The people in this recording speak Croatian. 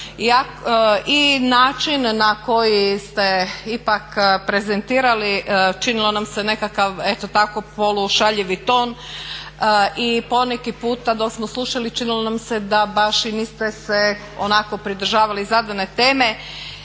i način na koji ste ipak prezentirali činilo nam se nekakav eto tako polu šaljivi ton. I poneki puta dok smo slušali činilo nam se da baš i niste se onako pridržavali zadane teme.